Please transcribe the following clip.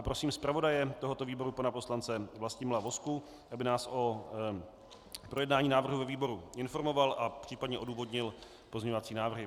Prosím zpravodaje tohoto výboru pana poslance Vlastimila Vozku, aby nás o projednání návrhu ve výboru informoval a případně odůvodnil pozměňovací návrhy.